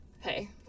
Hey